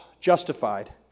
justified